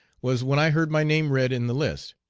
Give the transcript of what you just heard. was when i heard my name read in the list.